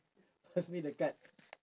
pass me the card